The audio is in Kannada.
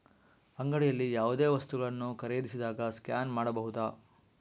ಅಂಗಡಿಯಲ್ಲಿ ಯಾವುದೇ ವಸ್ತುಗಳನ್ನು ಖರೇದಿಸಿದಾಗ ಸ್ಕ್ಯಾನ್ ಮಾಡಬಹುದಾ?